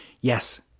Yes